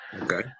okay